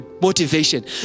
motivation